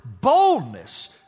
boldness